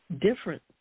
different